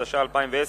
התש"ע 2010,